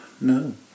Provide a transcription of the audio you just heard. No